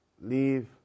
leave